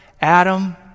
Adam